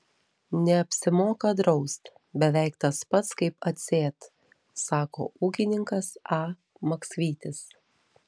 neapsimoka draust beveik tas pats kaip atsėt sako ūkininkas a maksvytis